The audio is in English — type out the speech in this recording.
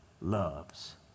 loves